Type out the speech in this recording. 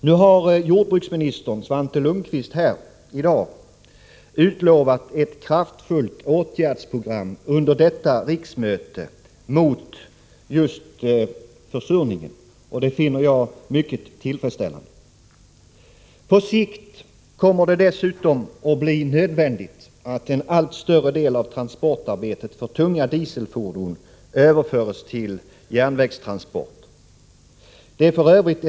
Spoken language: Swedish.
Nu har jordbruksminister Svante Lundkvist här i dag utlovat ett kraftfullt åtgärdsprogram under detta riksmöte mot just försurningen, och det finner jag mycket tillfredsställande. På sikt kommer det dessutom att bli nödvändigt att en allt större del av transportarbetet med tunga dieselfordon överförs till järnvägstransporter. Det är f.ö.